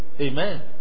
Amen